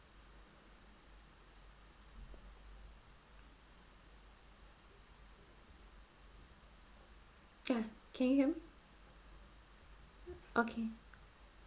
ya can your hear me okay